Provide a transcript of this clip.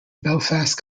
belfast